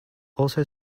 also